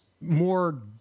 more